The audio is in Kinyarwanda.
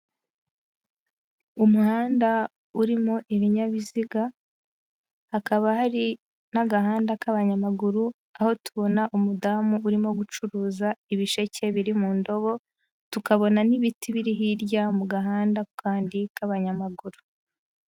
Umuhanda urimo ibinyabiziga hakaba hari n'agahanda k'abanyamaguru aho tubona umudamu urimo gucuruza ibisheke biri mu ndobo, tukabona n'ibiti biri hirya mu gahanda kandi k'abanyamaguru.